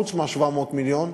חוץ מה-700 מיליון,